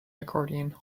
accordion